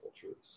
truths